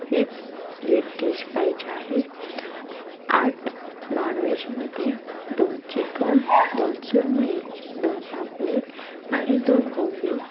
वित sweet dish पाहिजे आहे आठ नॉण व्हेजमध्ये दोन चिकन दोन सुरमई दोन पापलेट आणि दोन बोंबील